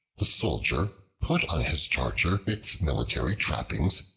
the soldier put on his charger its military trappings,